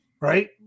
Right